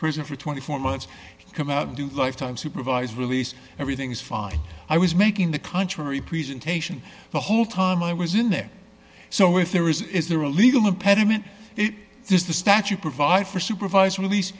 prison for twenty four months come out do life time supervised release everything's fine i was making the contrary presentation the whole time i was in there so if there is is there a legal impediment it is the statute provides for supervised release